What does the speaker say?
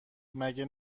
مگه